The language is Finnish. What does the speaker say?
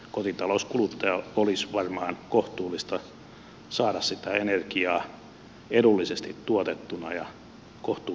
kotitalouskuluttajan olisi varmaan kohtuullista saada sitä energiaa edullisesti tuotettuna ja kohtuullisella hinnalla